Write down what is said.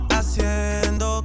Haciendo